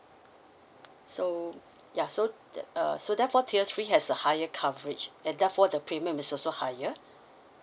so ya so the uh so therefore tier three has the higher coverage and therefore the premium is also higher